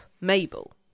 Mabel